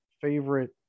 favorite